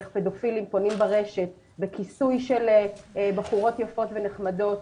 איך פדופילים פונים ברשת בכיסוי של בחורות יפות ונחמדות